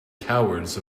cowards